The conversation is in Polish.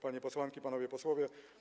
Panie Posłanki i Panowie Posłowie!